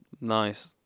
nice